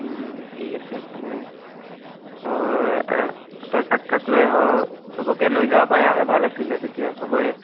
ঠিক আছে তেনে তই তই কাক কাক লৈ আহ' চবকে লৈ যাব পৰা হ'লে ভাল আছিলে তেতিয়া চবৰে